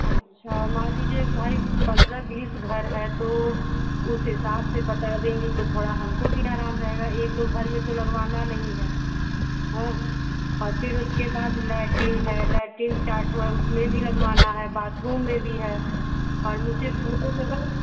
अच्छा मान लीजिए भाई पंद्रह बीस घर हैं तो उस हिसाब से बता देंगी तो थोड़ा हमको भी आराम रहेगा एक दो घर में तो लगवाना नहीं है हाँ और फिर उसके बाद लैट्रिन है लैट्रिन चार ठो हैं उसमें भी लगवाना है बाथरूम में भी है और मुझे पुरे जगह